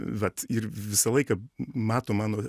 vat ir visą laiką mato mano